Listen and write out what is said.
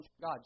God